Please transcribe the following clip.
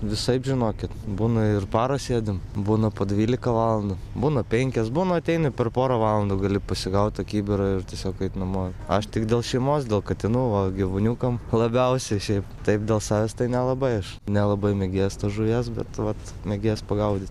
visaip žinokit būna ir parą sėdim būna po dvylika valandų būna penkias būna ateina ir per porą valandų gali pasigauti kibirą ir tiesiog eit namo aš tik dėl šeimos dėl katinų va gyvuniukam labiausiai šiaip taip dėl savęs tai nelabai aš nelabai mėgėjas tos žuvies bet vat mėgėjas pagaudyt